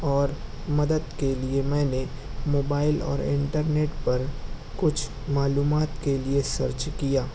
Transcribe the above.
اور مدد کے لئے میں نے موبائل اور انٹرنیٹ پر کچھ معلومات کے لئے سرچ کیا